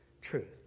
truth